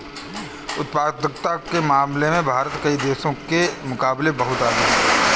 उत्पादकता के मामले में भारत कई देशों के मुकाबले बहुत आगे है